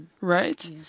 right